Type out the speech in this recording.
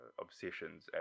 obsessions